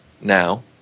now